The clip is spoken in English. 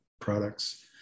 products